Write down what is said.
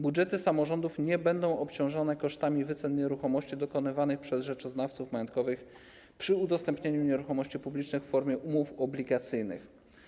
Budżety samorządów nie będą obciążone kosztami wycen nieruchomości dokonywanych przez rzeczoznawców majątkowych przy udostępnianiu nieruchomości publicznych w formie umów obligacyjnych.